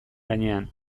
gainean